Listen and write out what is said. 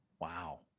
Wow